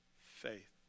faith